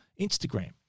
Instagram